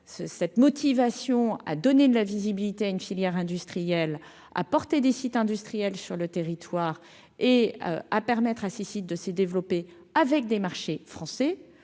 cette motivation à donner de la visibilité à une filière industrielle à porter des sites industriels, sur le territoire et à permettre à ces sites de s'est développé avec des marchés français